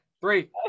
Three